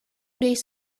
days